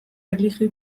erlijio